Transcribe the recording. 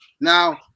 Now